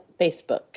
Facebook